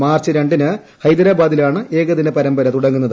March ര ിന് ഹൈദരാബാദിലാണ് ഏകദിന പരമ്പര തുടങ്ങുന്നത്